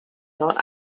not